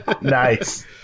Nice